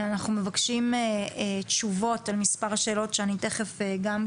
אנחנו מבקשים תשובות על מספר שאלות שאני אומר.